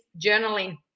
journaling